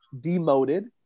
demoted